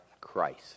Christ